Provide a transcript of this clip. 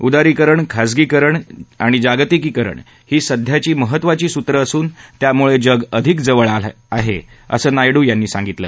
उदारीकरण खाजगीकरण जागतिकीकरण ही सध्याची महत्वाची सूत्र असून त्यामुळे जग अधिक जवळ आलं आहे असं नायडू म्हणाले